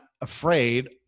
afraid